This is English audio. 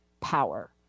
power